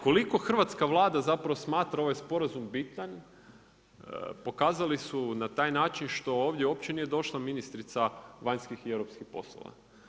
Koliko hrvatska Vlada zapravo smatra ovaj sporazum bitan, pokazali su na taj način što ovdje uopće nije došla ministrica vanjskih i europskih poslova.